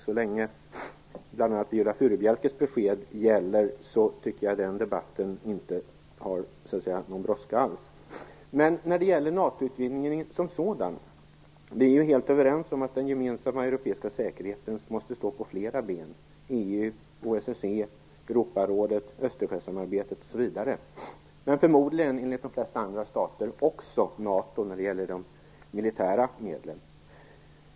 Så länge bl.a. Viola Furubjelkes besked gäller tycker jag att den debatten alls inte brådskar. När det gäller NATO-utvidgningen som sådan är vi ju helt överens om att den gemensamma europeiska säkerheten måste stå på flera ben: EU, OSSE, Europarådet, Östersjösamarbetet osv. Enligt de flesta andra stater gäller det förmodligen också NATO i fråga om de militära medlen.